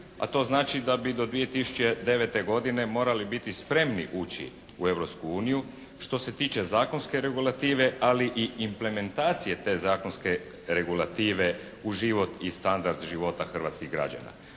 a to znači da bi do 2009. godine morali biti spremni ući u Europsku uniju što se tiče zakonske regulative, ali i implementacije te zakonske regulative u život i standard života hrvatskih građana.